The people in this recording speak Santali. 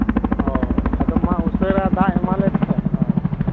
ᱦᱳᱭ ᱟᱫᱚ ᱢᱟ ᱩᱥᱟᱹᱨᱟ ᱫᱟᱜ ᱮᱢᱟᱞᱮᱯᱮ ᱦᱳᱭ